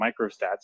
microstats